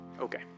Okay